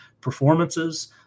performances